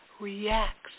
reacts